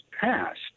passed